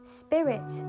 spirit